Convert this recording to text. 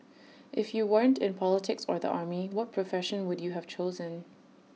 if you weren't in politics or the army what profession would you have chosen